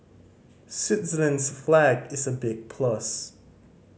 Switzerland's flag is a big plus